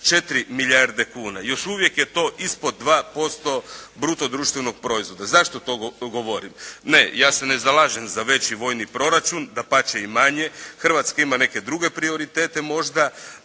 5,4 milijarde kuna. Još uvijek je to ispod 2% bruto društvenog proizvoda. Zašto to govorim? Ne, ja se ne zalažem za veći vojni proračun, dapače i manje. Hrvatska ima neke druge prioritete možda,